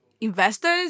investors